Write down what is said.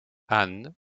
anne